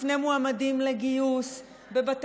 לפני מועמדים לגיוס,